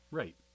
right